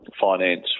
finance